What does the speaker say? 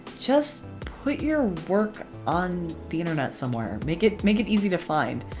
just put your work on the internet somewhere make it make it easy to find.